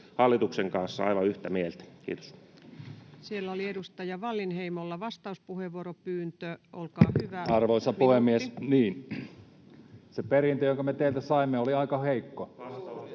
hallituksen kanssa aivan yhtä mieltä. — Kiitos. Siellä oli edustaja Wallinheimolla vastauspuheenvuoropyyntö, olkaa hyvä, minuutti. Arvoisa puhemies! Niin, se perintö, jonka me teiltä saimme, oli aika heikko.